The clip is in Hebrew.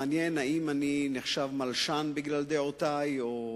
מעניין האם אני נחשב מלשן בגלל דעותי או